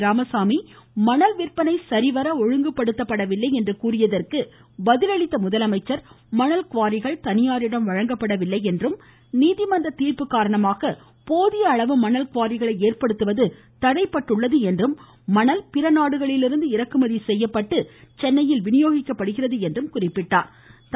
ராமசாமி மணல் விற்பனை சரிவர ஒழுங்குப்படுத்தப்பட வில்லை என்று கூறியதற்கு பதில் அளித்த முதலமைச்சர் மணல் குவாரிகள் தனியாரிடம் வழங்கப்படவில்லை என்றும் நீதிமன்ற தீர்ப்பு காரணமாக போதிய அளவு மணல் குவாரிகளை ஏற்படுத்துவது தடைபட்டுள்ளது என்றும் மணல் பிற நாடுகளிலிருந்து இறக்குமதி செய்து சென்னையில் விநியோகிக்கப்படுகிறது என்றும் கூறினார்